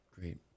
great